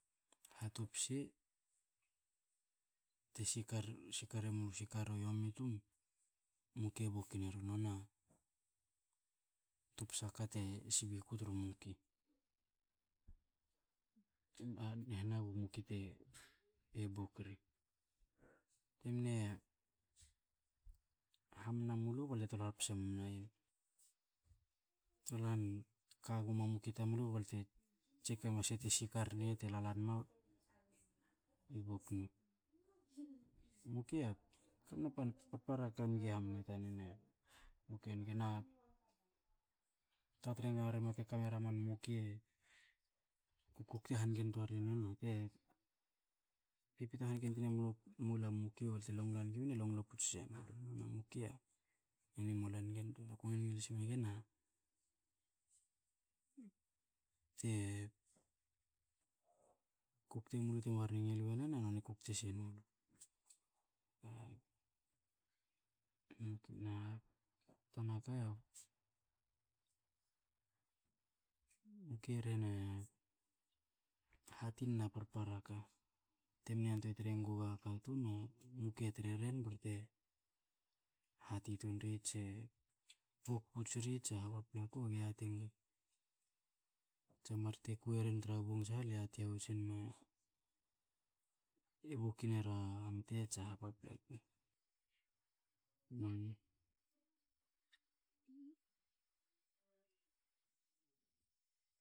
Hatopse, te sikar memalu u sikar u yomi tum, muki e boki neru lu. Noni a topse aka te sbe ku tru muki. nehna bu muki te bok ri. Te mne hamna malu ba lue te tra pse sem na yen. Trolhan ka gno ma muki i tamulu balte te jek e nme se te lala nma, e bok nu. Muki e kamna pa- parpar ka a nge hamna tanen, na tra tra enga rebna te kamera muki, e kukute hangentua reren bte pipito hangen tua emu lu- mu lu a muki, muki e longlo puts se nu lu. Muki a animal a nge ntua. Kue ngilngil sme gen a, te kukte menulu te mar ngil wenen, a none e kukte senulu. na tana ka, a muki e rhena ne hatin na parpara ka temne yantuein tra enguna katun, a muki e tre ren brte hati tun ri tse, bok potsiri, tse ha paplaku, ga atei gne, tse mar te kua ren tra bong le atei hahots nom a, bok en ner a mte tse a paplaku. None.